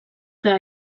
que